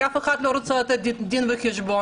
כי אף אחד לא רוצה לתת דין וחשבון,